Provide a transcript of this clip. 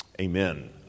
Amen